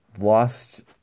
lost